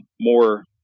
more